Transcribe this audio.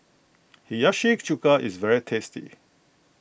Hiyashi Chuka is very tasty